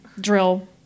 drill